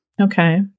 Okay